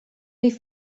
wie